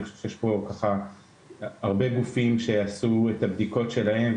אני חושב שיש פה הרבה גופים שעשו את הבדיקות שלהם,